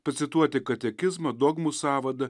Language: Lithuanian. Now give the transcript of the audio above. pacituoti katekizmą dogmų sąvadą